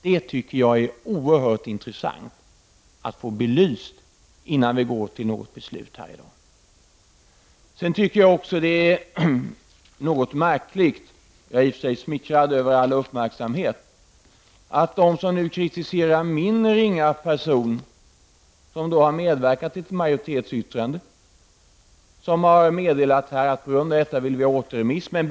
Det tycker jag är oerhört intressant att få belyst innan vi fattar beslut i dag. Det finns också annat som är märkligt. Jag är i och för sig smickrad över all uppmärksamhet som består i kritik mot min ringa person. Jag har medverkat till ett majoritetsyttrande och meddelat att jag vill att ärendet skall återremitteras.